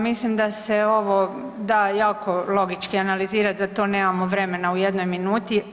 Mislim da se ovo da jako logički analizirat, za to nemamo vremena u jednoj minuti.